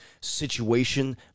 situation